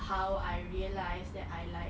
how I realise that I like